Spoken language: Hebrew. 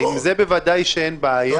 שהיא עם עד 51% דפנות.